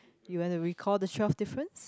you wanna recall the twelve difference